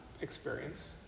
experience